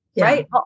right